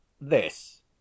this